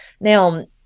Now